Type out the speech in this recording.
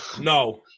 No